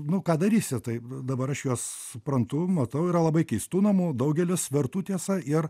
nu ką darysi tai dabar aš juos suprantu matau yra labai keistų namų daugelis vertų tiesa ir